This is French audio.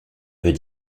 veut